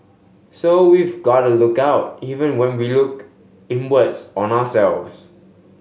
so we've got to look out even when we look inwards on ourselves